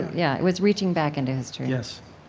yeah, it was reaching back into history yes.